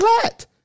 flat